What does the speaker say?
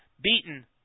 beaten